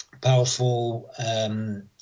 powerful